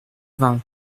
vingt